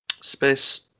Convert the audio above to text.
space